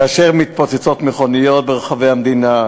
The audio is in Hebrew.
כאשר מתפוצצות מכוניות ברחבי המדינה,